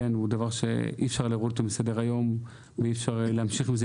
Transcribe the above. וזה דבר שאי-אפשר להוריד מסדר היום ואי-אפשר להמשיך עם זה.